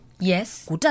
Yes